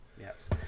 Yes